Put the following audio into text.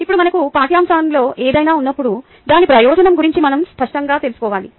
ఇప్పుడు మనకు పాఠ్యాంశాల్లో ఏదైనా ఉన్నప్పుడు దాని ప్రయోజనం గురించి మనం స్పష్టంగా తెలుసుకోవాలి